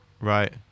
Right